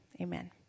amen